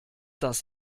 das